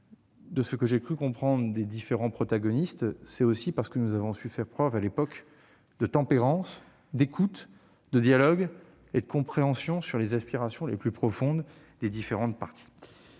de ce que j'ai cru comprendre dans les propos des différents protagonistes, parce que nous avons su faire preuve à l'époque de tempérance, d'écoute, de dialogue et de compréhension à l'égard des aspirations les plus profondes des différentes parties.